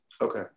Okay